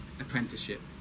apprenticeship